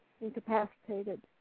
incapacitated